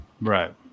Right